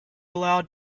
allowed